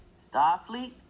Starfleet